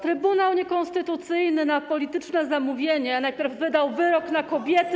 Trybunał niekonstytucyjny na polityczne zamówienie najpierw wydał wyrok na kobiety.